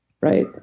Right